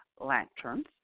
lanterns